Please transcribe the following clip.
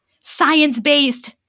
science-based